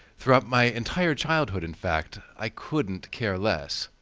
throughout my entire childhood, in fact, i couldn't care less.